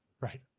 Right